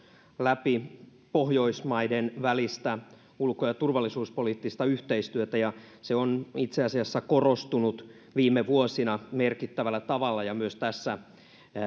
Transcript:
läpi myös pohjoismaiden välistä ulko ja turvallisuuspoliittista yhteistyötä ja se on itse asiassa korostunut viime vuosina merkittävällä tavalla ja myös tässä